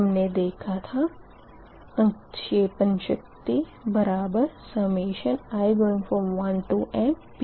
हमने देखा था अंक्षेपन शक्ति बराबर है i1mPgii1nPLiPloss के